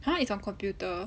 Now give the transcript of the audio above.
!huh! it's on computer